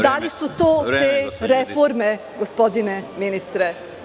Da li su to te reforme, gospodine ministre?